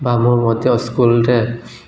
ବା ମୁଁ ମଧ୍ୟ ସ୍କୁଲ୍ରେ